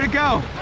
go?